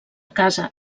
casa